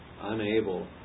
unable